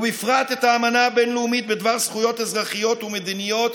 ובפרט את האמנה הבין-לאומית בדבר זכויות אזרחיות ומדיניות,